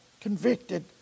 Convicted